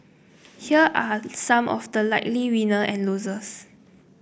here are some of the likely winner and losers